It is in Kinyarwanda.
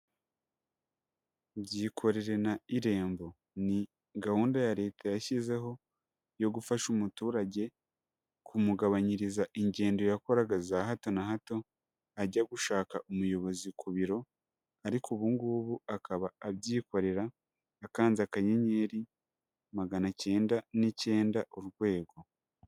Byikorere na Irembo ni gahunda ya leta yashyizeho yo gufasha umuturage kumugabanyiriza ingendo yakoraga za hato na hato ajya gushaka umuyobozi ku biro ariko ubu ngubu akaba abyikorera akanze akanyenyeri maganacyenda n'icyenda urwego.